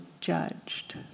judged